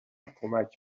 کمک